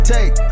Take